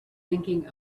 thinking